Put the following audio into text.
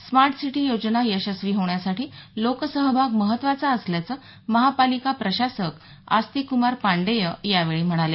smart city योजना यशस्वी होण्यासाठी लोकसहभाग महत्त्वाचा असल्याचं महापालिका प्रशासक आस्तिकक्रमार पांडेय यावेळी म्हणाले